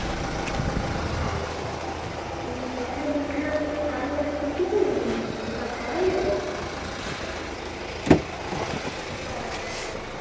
अच्छा अच्छा ठीक ऐ ठीक ऐ में दिक्खना पूरे कल आइयै दिक्खी सकनीं तुस घर गै ओ